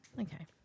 Okay